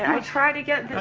i tried to get